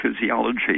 physiology